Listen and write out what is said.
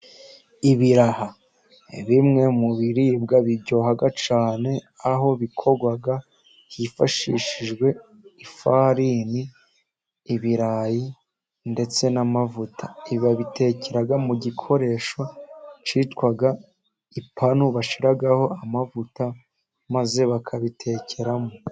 Ibiraha bimwe mu biribwa biryoha cyane, aho bikorwa hifashishijwe ifarini, ibirayi, ndetse n'amavuta. Babitekera mu gikoresho cyitwa ipanu, bashiraho amavuta maze bakabitekeramo.